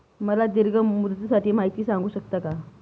मला दीर्घ मुदतीसाठी माहिती सांगू शकता का?